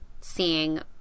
seeing